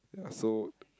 ya so